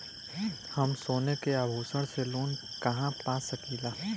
हम सोने के आभूषण से लोन कहा पा सकीला?